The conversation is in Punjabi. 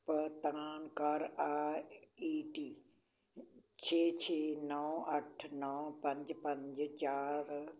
ਖਪਤਕਾਰ ਆਈ ਈ ਡੀ ਛੇ ਛੇ ਨੌਂ ਅੱਠ ਨੌਂ ਪੰਜ ਪੰਜ ਚਾਰ